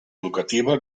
educativa